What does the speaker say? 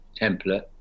template